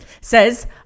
says